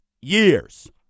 years